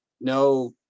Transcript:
no